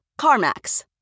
CarMax